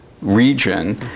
region